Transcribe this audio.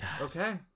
okay